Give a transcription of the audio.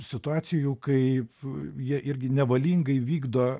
situacijų kaip jie irgi nevalingai vykdo